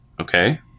okay